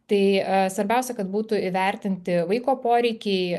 tai svarbiausia kad būtų įvertinti vaiko poreikiai